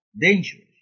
dangerous